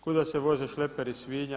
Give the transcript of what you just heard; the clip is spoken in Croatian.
Kuda se voze šleperi svinja?